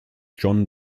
john